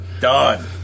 Done